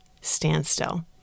standstill